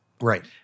Right